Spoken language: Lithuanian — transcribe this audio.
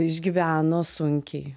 išgyveno sunkiai